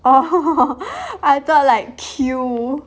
oh I thought like queue